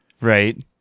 Right